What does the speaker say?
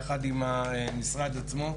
יחד עם המשרד עצמו,